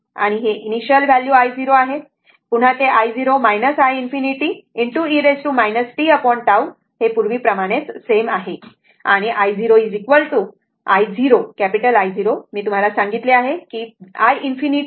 आणि हे initial value i0 आहे पुन्हा ते i0 iinfinity e tT पूर्वीसारखेच सेम आहे i0 I0 आणि मी तुम्हाला सांगितले आहे की iinfinity VsR आहे